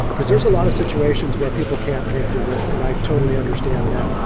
because there's a lot of situations where people can't make the rent. and i totally understand that.